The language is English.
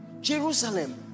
Jerusalem